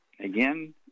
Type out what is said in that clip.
again